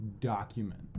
document